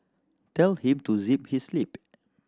tell him to zip his lip